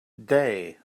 day